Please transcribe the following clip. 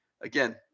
Again